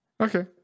okay